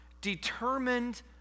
determined